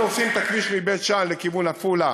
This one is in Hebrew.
אנחנו עושים את הכביש מבית-שאן לכיוון עפולה,